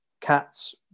cats